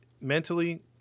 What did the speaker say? mentally